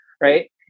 Right